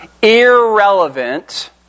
Irrelevant